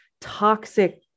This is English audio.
toxic